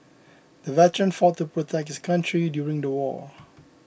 the veteran fought to protect his country during the war